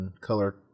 color